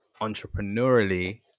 entrepreneurially